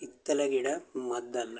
ಹಿತ್ತಲ ಗಿಡ ಮದ್ದಲ್ಲ